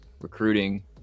recruiting